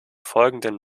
folgenden